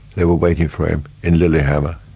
they were waiting for him in lillehammer,